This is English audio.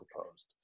proposed